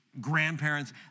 grandparents